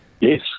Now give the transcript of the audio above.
Yes